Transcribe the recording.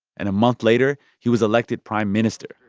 and a month later, he was elected prime minister,